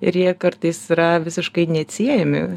ir jie kartais yra visiškai neatsiejami